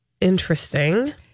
Interesting